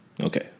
okay